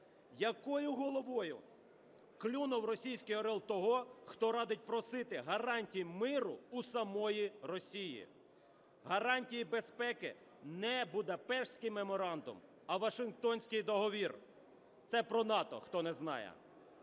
Якою головою клюнув російський орел того, хто радить просити гарантій миру у самої Росії? Гарантії безпеки не Будапештський меморандум, а Вашингтонський договір – це про НАТО, хто не знає.